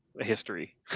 history